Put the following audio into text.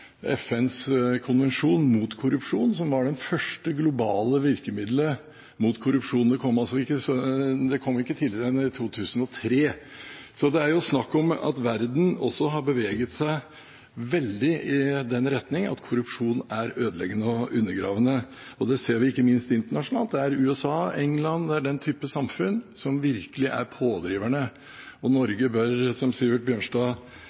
FNs konvensjon mot korrupsjon, som var det første globale virkemidlet mot korrupsjon. Det kom ikke tidligere enn i 2003. Så verden har beveget seg veldig i retning av at korrupsjon er ødeleggende og undergravende. Det ser vi ikke minst internasjonalt. USA og England, den type samfunn, er virkelig pådriverne. Norge bør, som representanten Sivert Bjørnstad